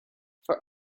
for